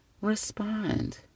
respond